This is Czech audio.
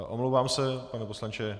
Omlouvám se, pane poslanče.